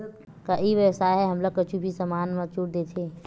का ई व्यवसाय ह हमला कुछु भी समान मा छुट देथे?